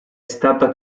stata